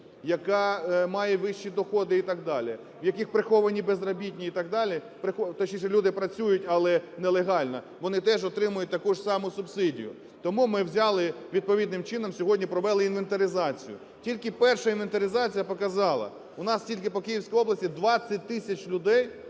яка має вищі доходи і так далі, у яких приховані безробітні і так далі, точніше, люди працюють, але нелегально, вони теж отримують таку саму субсидію. Тому ми взяли відповідним чином сьогодні провели інвентаризацію. Тільки перша інвентаризація показала: у нас тільки по Київській області 20 тисяч людей,